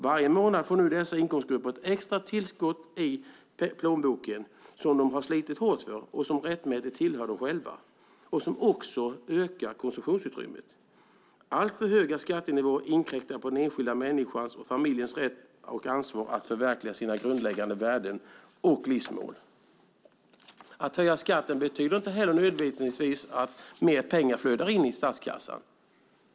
Varje månad får nu dessa inkomstgrupper ett extra tillskott i plånboken av de pengar som de slitit hårt för och som rättmätigt tillhör dem själva. Detta ökar också konsumtionsutrymmet. Alltför höga skattenivåer inkräktar på den enskilda människans och familjens rätt och ansvar att förverkliga grundläggande värden och livsmål. Att höja skatten betyder inte nödvändigtvis att mer pengar flödar in i statskassan.